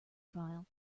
file